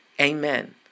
Amen